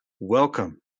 Welcome